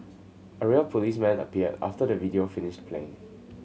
a real policeman appeared after the video finished play